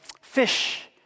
fish